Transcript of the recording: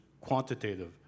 quantitative